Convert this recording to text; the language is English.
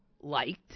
liked